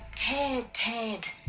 ted, ted.